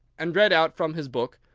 and read out from his book,